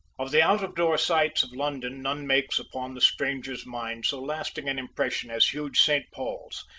of the out-of-door sights of london, none makes upon the stranger's mind so lasting an impression as huge st. paul's,